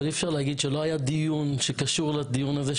אבל אי-אפשר להגיד שלא היה דיון שקשור לדיון הזה,